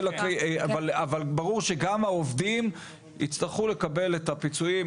ברור שגם העובדים יצטרכו לקבל את הפיצויים.